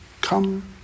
Come